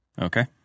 Okay